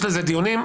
יש לזה דיונים,